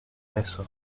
eso